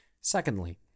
Secondly